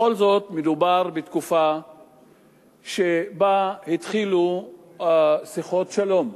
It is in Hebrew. בכל זאת, מדובר בתקופה שבה התחילו שיחות שלום.